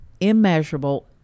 immeasurable